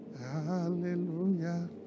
Hallelujah